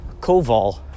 Koval